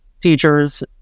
teachers